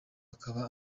akaba